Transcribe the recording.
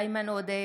איימן עודה,